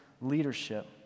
leadership